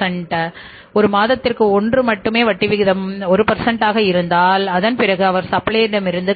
வட்டி மாதத்திற்கு 1 மட்டுமே அதற்குப் பிறகு அவர் சப்ளையரிடமிருந்து